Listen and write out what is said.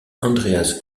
andreas